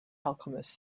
alchemist